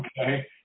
okay